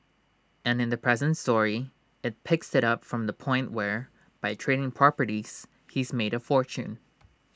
and in the present story IT picks IT up from the point where by trading properties he's made A fortune